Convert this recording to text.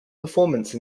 performance